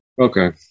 Okay